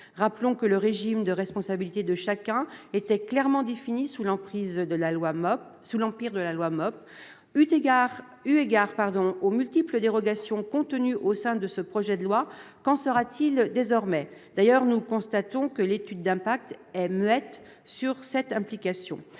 Rappelons que le régime de responsabilité de chacun était clairement défini sous l'empire de la loi MOP. Eu égard aux multiples dérogations introduites par ce projet de loi, qu'en sera-t-il désormais ? D'ailleurs, nous constatons que l'étude d'impact est muette sur cette implication.